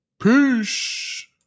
Peace